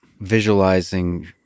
visualizing